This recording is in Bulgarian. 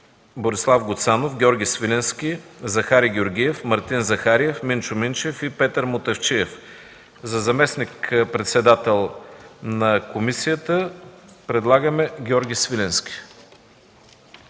Борислав Гуцанов, Георги Свиленски, Захари Георгиев, Мартин Захариев, Минчо Минчев и Петър Мутафчиев, за заместник-председател на комисията предлагаме Георги Свиленски.